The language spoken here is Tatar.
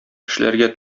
эшләргә